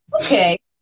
Okay